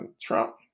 Trump